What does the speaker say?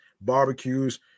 barbecues